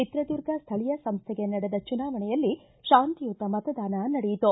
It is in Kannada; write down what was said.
ಚಿತ್ರದುರ್ಗ ಸ್ವಳೀಯ ಸಂಸ್ಥೆಗೆ ನಡೆದ ಚುನಾವಣೆಯಲ್ಲಿ ಶಾಂತಿಯುತ ಮತದಾನ ನಡೆಯಿತು